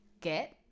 get